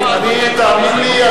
תאמין לי.